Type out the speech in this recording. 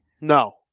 No